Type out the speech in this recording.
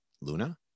Luna